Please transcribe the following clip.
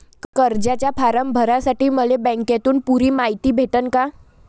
कर्जाचा फारम भरासाठी मले बँकेतून पुरी मायती भेटन का?